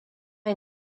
est